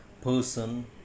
person